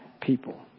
people